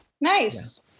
nice